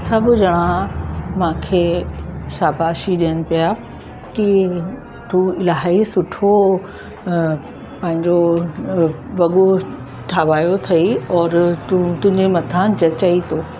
सभु ॼणा मांखे शाबासी ॾियनि पिया कि तूं इलाही सुठो पंहिंजो वॻो ठावायो अथेई और तूं तुंहिंजे मथां जचई थो